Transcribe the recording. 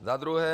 Za druhé.